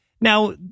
Now